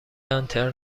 انترن